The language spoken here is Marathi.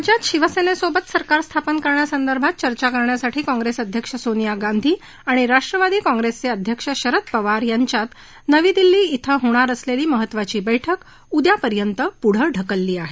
राज्यात शिवसेनेसोबत सरकार स्थापन करण्यासंदर्भात चर्चा करण्यासाठी काँग्रेस अध्यक्ष सोनिया गांधी आणि राष्ट्रवादी काँप्रेसचे अध्यक्ष शरद पवार यांच्यात नवी दिल्ली धिं होणार असलेली महत्त्वाची बैठक उद्यापर्यंत पुढं ढकलली आहे